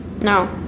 no